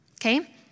okay